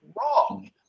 wrong